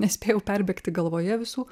nespėjau perbėgti galvoje visų